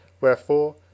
Wherefore